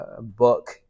book